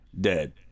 dead